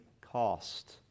cost